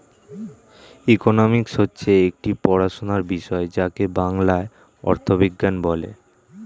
economics হচ্ছে একটি পড়াশোনার বিষয় যাকে বাংলায় অর্থবিজ্ঞান বলে